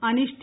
Aneesh T